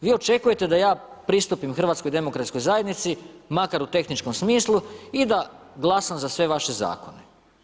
Vi očekujete da ja pristupim HDZ-u makar u tehničkom smislu i da glasam za sve vaše zakone.